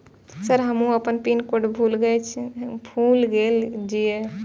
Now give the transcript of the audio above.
Sir हमू अपना PIN code भूल गेल जीये?